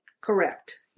correct